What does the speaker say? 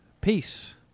Peace